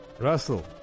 Russell